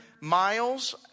miles